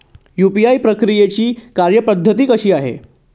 UPI प्रक्रियेची कार्यपद्धती कशी आहे?